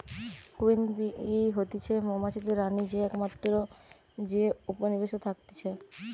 queen bee হতিছে মৌমাছিদের রানী যে একমাত্র যে উপনিবেশে থাকতিছে